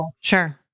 Sure